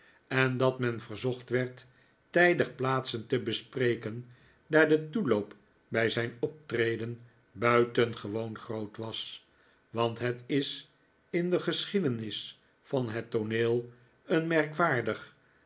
en dat men verzocht werd tijdig plaatsen te bespreken daar de toeloop bij zijn optreden buitengewoon groot was want het is in de geschiedenis van het tooneel een merkwaardig